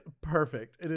perfect